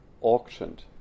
auctioned